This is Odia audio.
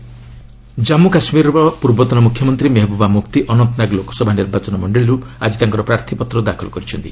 ମେହେବୃବା ନୋମିନେସନ୍ ଜାମ୍ମୁ କାଶ୍ମୀରର ପୂର୍ବତନ ମୁଖ୍ୟମନ୍ତ୍ରୀ ମେହେବୁବା ମୁଫ୍ତି ଅନନ୍ତନାଗ ଲୋକସଭା ନିର୍ବାଚନ ମଣ୍ଡଳୀରୁ ଆଜି ତାଙ୍କର ପ୍ରାର୍ଥୀପତ୍ର ଦାଖଲ କରିଛନ୍ତି